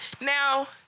Now